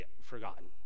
forgotten